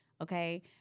okay